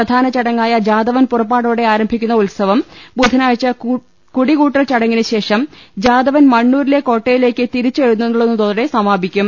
പ്രധാന ചടങ്ങായ ജാതവൻ പുറപ്പാ ടോടെ ആരംഭിക്കുന്ന ഉത്സവം ബുധനാഴ്ച കുടികൂ ട്ടൽ ചടങ്ങിന് ശേഷം ജാതവൻ മണ്ണൂരിലെ കോട്ടയി ലേക്ക് തിരിച്ച് എഴുന്നളളുന്നതോടെ സമാപിക്കും